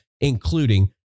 including